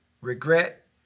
regret